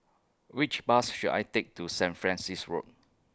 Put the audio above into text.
Which Bus should I Take to Saint Francis Road